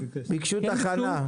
ביקשו תחנה.